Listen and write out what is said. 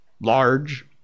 large